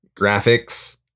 graphics